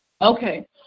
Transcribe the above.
Okay